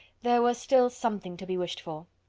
there was still something to be wished for.